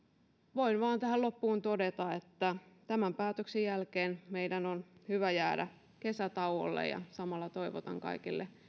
voin vain tähän loppuun todeta että tämän päätöksen jälkeen meidän on hyvä jäädä kesätauolle ja samalla toivotan kaikille